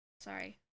Sorry